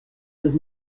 does